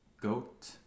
goat